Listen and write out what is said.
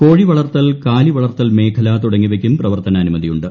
കോഴിവളർത്തൽ കാലിവളർത്തൽ മേഖല തുടങ്ങിയവയ്ക്കും പ്രവർത്തനാനുമതി ഉണ്ട്